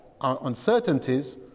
uncertainties